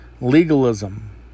legalism